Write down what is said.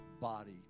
body